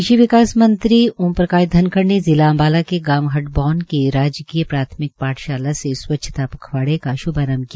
कृषि विकास मंत्री ओम प्रकाश धनखड़ ने जिला अम्बाला के गांव हडबौन के राजकीय प्राथमिक पाठशाला से स्वच्छता पखवाड़े का श्भारंभ किया